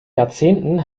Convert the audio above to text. jahrzehnten